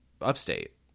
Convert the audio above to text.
upstate